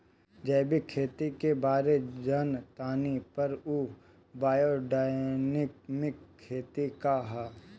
जैविक खेती के बारे जान तानी पर उ बायोडायनमिक खेती का ह?